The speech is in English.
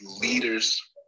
leaders